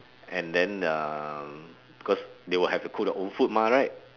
and then um cause they will have to cook their own food mah right